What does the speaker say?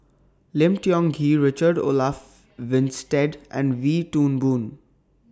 Lim Tiong Ghee Richard Olaf Winstedt and Wee Toon Boon